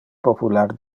popular